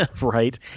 right